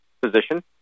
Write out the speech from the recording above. position